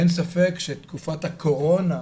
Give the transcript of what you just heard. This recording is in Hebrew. אין ספק שתקופת הקורונה,